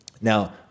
Now